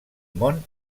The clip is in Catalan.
món